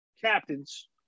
captains